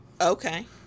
okay